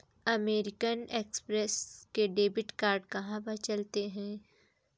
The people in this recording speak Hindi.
अमेरिकन एक्स्प्रेस के डेबिट कार्ड कहाँ पर चलते हैं?